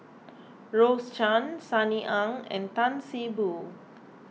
Rose Chan Sunny Ang and Tan See Boo